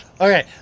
Okay